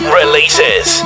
releases